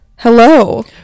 Hello